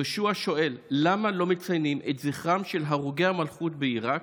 יהושע שואל: למה לא מציינים את זכרם של הרוגי המלכות בעיראק?